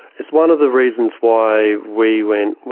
it's one of the reasons why we went, well,